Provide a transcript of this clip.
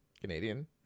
Canadian